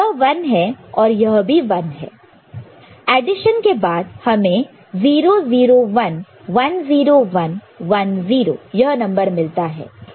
यह 1 है और यह भी 1 है एडिशन के बाद हमें 0 0 1 1 0 1 1 0 यह नंबर मिलता है